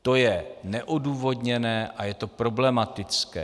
To je neodůvodněné a je to problematické.